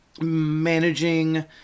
managing